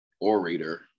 orator